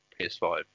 PS5